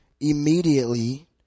Immediately